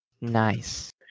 Nice